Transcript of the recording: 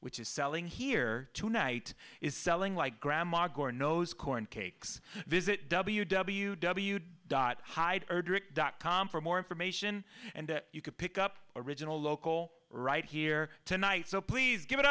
which is selling here tonight is selling like grandma gore knows corn cakes visit w w w dot hide erdrich dot com for more information and you can pick up original local right here tonight so please give it